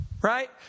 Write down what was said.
right